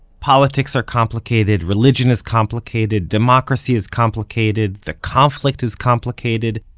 politics are complicated. religion is complicated. democracy is complicated. the conflict is complicated.